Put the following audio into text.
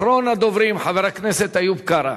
אחרון הדוברים, חבר הכנסת איוב קרא.